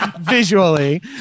visually